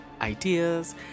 ideas